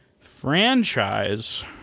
franchise